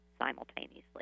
simultaneously